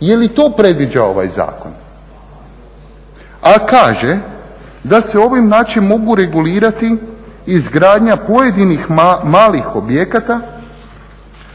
Je li to predviđa ovaj zakon? A kaže da se ovim … mogu regulirati izgradnja pojedinih malih objekata